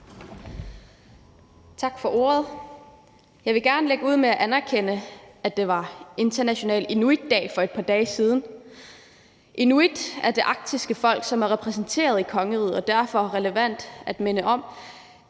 Tak for ordet. Jeg vil lægge ud med at anerkende, at det var international inuit-dag for et par dage siden. Inuit er det arktiske folk, som er repræsenteret i kongeriget, og det er derfor relevant at minde om,